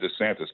desantis